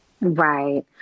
Right